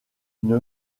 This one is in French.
une